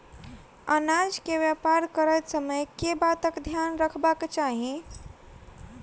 अनाज केँ व्यापार करैत समय केँ बातक ध्यान रखबाक चाहि?